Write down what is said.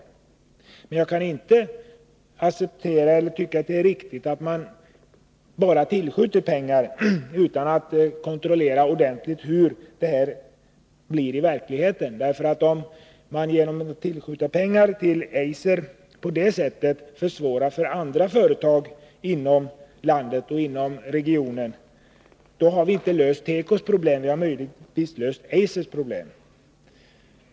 Jag kan inte tycka att det är riktigt att man bara tillskjuter pengar utan att kontrollera ordentligt hur pengarna används i verkligheten. Om man genom att tillskjuta pengar till Eiser försvårar för andra företag inom landet och regionen, har man inte löst tekobranschens problem. Man har möjligen löst Eisers problem.